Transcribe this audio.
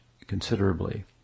considerably